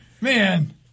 Man